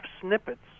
snippets